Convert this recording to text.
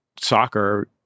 soccer